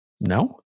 No